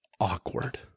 awkward